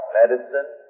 medicine